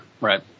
Right